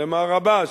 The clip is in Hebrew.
למר עבאס: